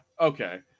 Okay